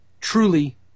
truly